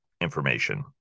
information